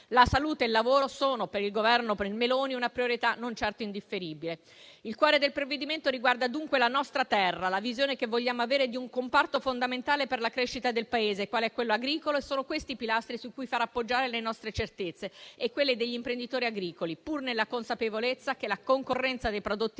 La salute e il lavoro sono per il Governo Meloni una priorità non certo indifferibile. Il cuore del provvedimento riguarda dunque la nostra terra, la visione che vogliamo avere di un comparto fondamentale per la crescita del Paese, qual è quello agricolo. Sono questi i pilastri su cui far appoggiare le nostre certezze e quelle degli imprenditori agricoli, pur nella consapevolezza che la concorrenza dei prodotti esteri